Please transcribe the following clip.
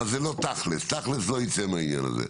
אבל זה לא תכלס, תכלס לא יצא מהעניין הזה.